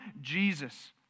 Jesus